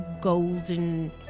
golden